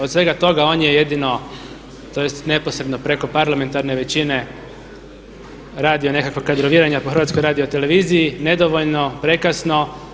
Od svega toga on je jedino tj. neposredno preko parlamentarne većine radio nekakvo kadroviranja po HRT-u nedovoljno, prekasno.